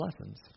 lessons